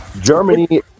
Germany